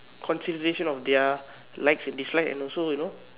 consideration of their likes and dislikes and also you know